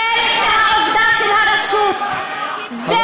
חלק מהעבודה של הרשות זה,